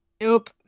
nope